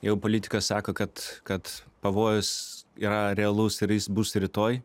jeigu politikas sako kad kad pavojus yra realus ir jis bus rytoj